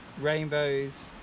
Rainbows